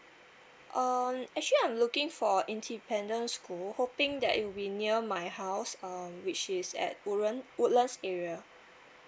um actually I'm looking for independent school hoping that it'll be near my house um which is at woodlands area